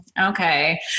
okay